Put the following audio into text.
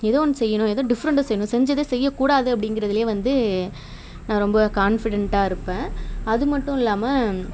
ஏதோ ஒன்று செய்யணும் ஏதோ டிஃப்ரண்ட்டாக செய்யணும் செஞ்சதே செய்யக்கூடாது அப்படிங்கிறதுலயே வந்து நான் ரொம்ப கான்ஃபிடண்ட்டாக இருப்பேன் அது மட்டும் இல்லாமல்